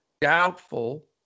doubtful